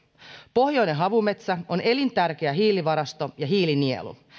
pohjoinen havumetsä on elintärkeä hiilivarasto ja hiilinielu